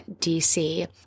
DC